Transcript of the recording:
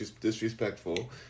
disrespectful